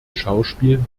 schauspiel